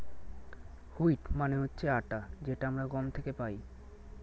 wheat মানে হচ্ছে আটা যেটা আমরা গম থেকে পাই